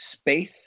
space